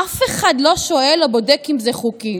אף אחד לא שואל או בודק אם זה חוקי.